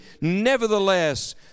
Nevertheless